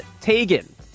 Tegan